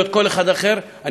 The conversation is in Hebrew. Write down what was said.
נכנסים בעיני מי שמוסמך, ואני